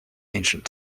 ancient